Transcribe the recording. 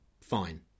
Fine